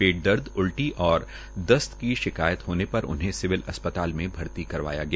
पेट दर्द उल्टी और दस्त की शिकायत होने पर उन्हें सिविल अस्पताल में भर्ती करवाया गया